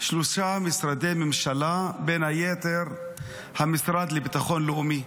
שלושה משרדי ממשלה, בין היתר המשרד לביטחון לאומי.